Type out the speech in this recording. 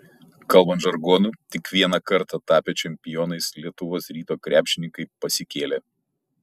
kalbant žargonu tik vieną kartą tapę čempionais lietuvos ryto krepšininkai pasikėlė